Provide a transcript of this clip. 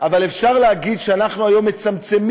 אבל אפשר להגיד שאנחנו היום מצמצמים